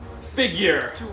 figure